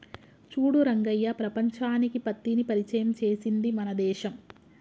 చూడు రంగయ్య ప్రపంచానికి పత్తిని పరిచయం చేసింది మన దేశం